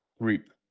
group